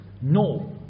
No